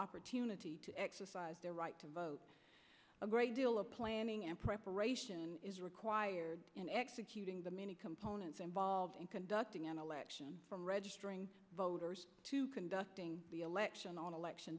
opportunity to exercise their right to vote a great deal of planning and preparation is required in executing the many components involved in conducting an election from registering voters to conducting election on election